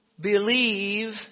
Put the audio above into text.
believe